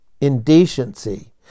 indecency